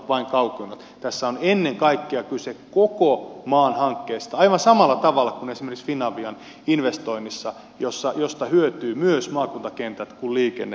tässä on ennen kaikkea kyse koko maan hankkeesta aivan samalla tavalla kuin esimerkiksi finavian investoinnissa josta hyötyvät myös maakuntakentät kun liikenne lisääntyy